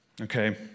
okay